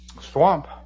swamp